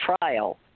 trial